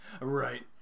Right